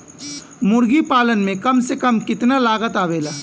मुर्गी पालन में कम से कम कितना लागत आवेला?